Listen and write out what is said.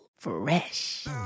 Fresh